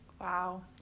Wow